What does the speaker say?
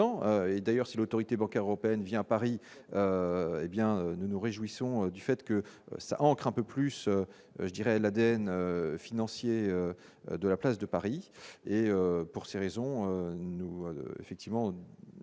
et d'ailleurs si l'Autorité bancaire européenne vient à Paris, hé bien nous nous réjouissons du fait que ça ancre un peu plus je dirais l'ADN financiers de la place de Paris et pour ces raisons, nous effectivement